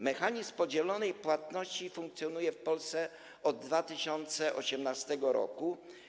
Mechanizm podzielonej płatności funkcjonuje w Polsce od 2018 r.